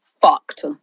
fucked